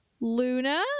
luna